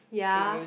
ya